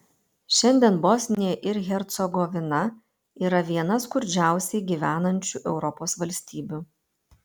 šiandien bosnija ir hercegovina yra viena skurdžiausiai gyvenančių europos valstybių